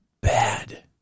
bad